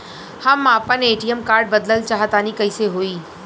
हम आपन ATM card बदलल चाह तनि कइसे होई?